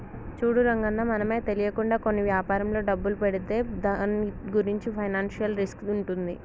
చూడు రంగన్న మనమే తెలియకుండా కొన్ని వ్యాపారంలో డబ్బులు పెడితే దాని గురించి ఫైనాన్షియల్ రిస్క్ ఉంటుంది